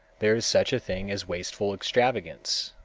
there is such a thing as wasteful extravagance.